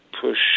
push